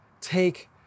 take